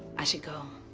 i should go.